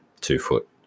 two-foot